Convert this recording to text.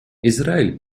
израиль